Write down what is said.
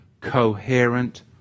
coherent